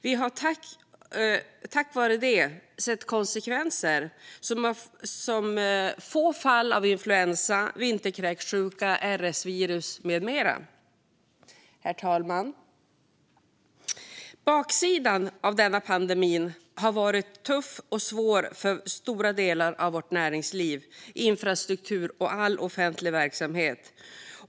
Vi har tack vare detta sett konsekvenser som få fall av influensa, vinterkräksjuka, RS-virus med mera. Herr talman! Pandemin har varit tuff och svår för stora delar av vårt näringsliv, för infrastrukturen och för all offentlig verksamhet.